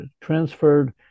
transferred